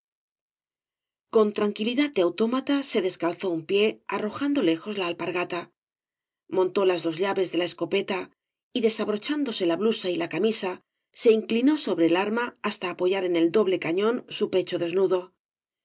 con tranquilidad de autómata se descalzó ua pie arrojando lejos la alpargata montó las dos llaves de la escopeta y desabrochándose la blusa y la camisa se inclinó sobre el arma hasta apoyar en el doble cañón su pecho desnudo